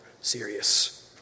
serious